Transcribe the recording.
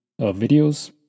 videos